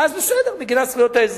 אז בסדר, מגינת זכויות האזרח.